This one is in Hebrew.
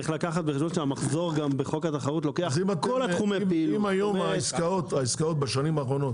אז אם היום העסקאות בשנים האחרונות,